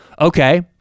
okay